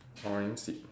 orange seat